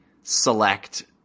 select